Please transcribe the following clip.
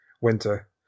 winter